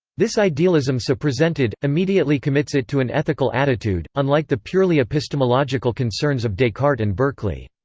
this idealism so presented, immediately commits it to an ethical attitude, unlike the purely epistemological concerns of descartes and berkeley.